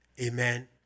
Amen